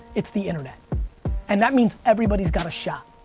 it's the internet and that means everybody's got a shot.